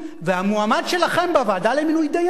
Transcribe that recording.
והמועמד שלכם בוועדה למינוי דיינים,